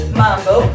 mambo